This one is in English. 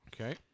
Okay